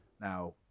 Now